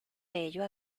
ello